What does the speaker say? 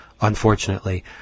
unfortunately